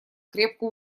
крепко